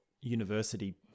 university